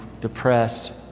depressed